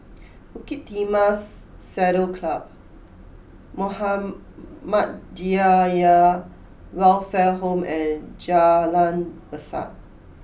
Bukit Timah Saddle Club Muhammadiyah Welfare Home and Jalan Besar